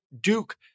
Duke